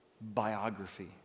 biography